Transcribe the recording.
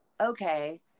okay